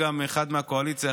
אחד מהקואליציה,